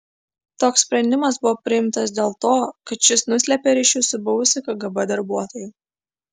toks sprendimas buvo priimtas dėl to kad šis nuslėpė ryšius su buvusiu kgb darbuotoju